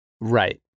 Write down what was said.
Right